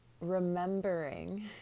remembering